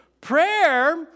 Prayer